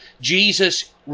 Jesus